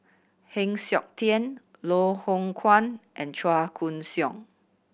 Heng Siok Tian Loh Hoong Kwan and Chua Koon Siong